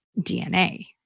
DNA